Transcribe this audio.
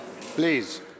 Please